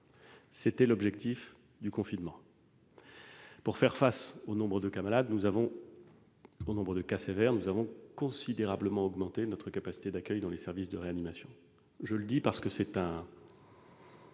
Tel est l'objectif du confinement. Pour faire face au nombre élevé des cas sévères, nous avons considérablement augmenté notre capacité d'accueil dans les services de réanimation. J'y insiste, parce qu'il s'agit en